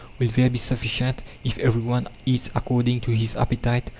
will there be sufficient, if everyone eats according to his appetite?